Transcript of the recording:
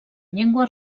llengua